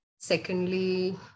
secondly